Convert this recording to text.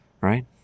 Right